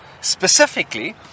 Specifically